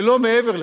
ולא מעבר לזה.